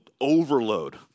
overload